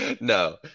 No